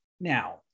Now